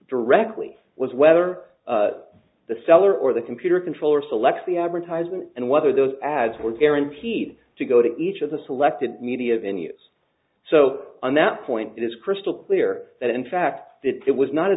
directly was whether the seller or the computer controller selects the advertisement and whether those ads were guaranteed to go to each of the selected media venue's so on that point it is crystal clear that in fact it was not a